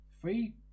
free